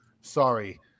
Sorry